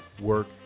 work